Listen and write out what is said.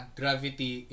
gravity